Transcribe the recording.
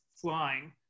flying